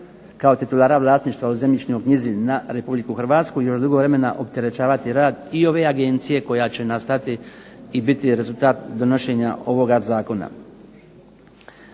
kao titulara vlasništva u zemljišnoj knjizi na RH još dugo vremena opterećivati rad i ove agencije koja će nastati i biti rezultat donošenja ovoga zakona.